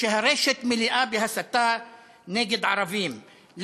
הרשת מלאה בהסתה נגד ערבים: